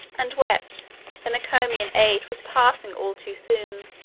and wept the neocomian age was passing all too soon!